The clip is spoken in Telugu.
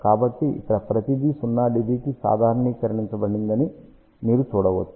కాబట్టి ఇక్కడ ప్రతిదీ 0 dB కి సాధారణీకరించబడిందని మీరు చూడవచ్చు